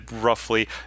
roughly